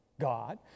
God